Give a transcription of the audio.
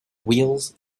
wheels